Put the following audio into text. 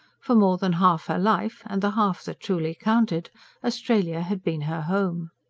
for more than half her life and the half that truly counted australia had been her home.